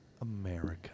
America